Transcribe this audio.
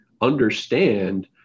understand